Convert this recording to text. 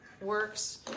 works